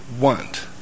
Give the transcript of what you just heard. want